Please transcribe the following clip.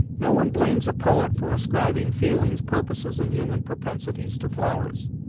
no one blames a poet for ascribing feelings, purposes, and human propensities to flowers.